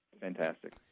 fantastic